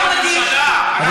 אתה בממשלה.